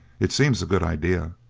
it seems a good idea.